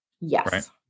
Yes